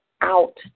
out